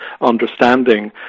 understanding